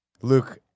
Luke